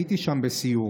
הייתי שם בסיור.